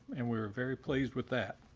and we were very pleased with that.